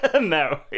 No